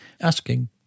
asking